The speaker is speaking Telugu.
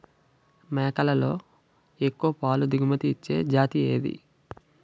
మేకలలో ఎక్కువ పాల దిగుమతి ఇచ్చే జతి ఏది?